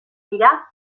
dira